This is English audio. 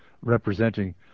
representing